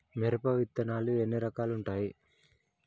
మిరప విత్తనాలు ఎన్ని రకాలు ఉంటాయి?